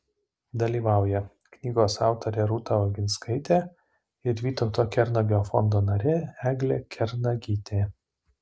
dalyvauja knygos autorė rūta oginskaitė ir vytauto kernagio fondo narė eglė kernagytė